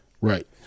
Right